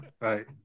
Right